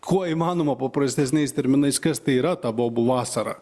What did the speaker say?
kuo įmanoma paprastesniais terminais kas tai yra ta bobų vasara